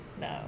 no